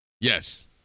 yes